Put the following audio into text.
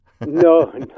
no